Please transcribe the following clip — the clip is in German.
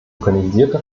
organisierte